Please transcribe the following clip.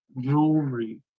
jewelry